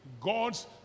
God's